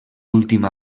última